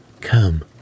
Come